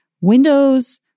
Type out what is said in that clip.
windows